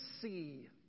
see